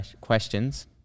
questions